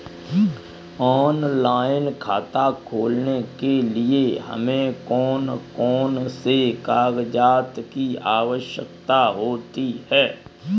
Online खाता खोलने के लिए हमें कौन कौन से कागजात की आवश्यकता होती है?